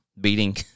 beating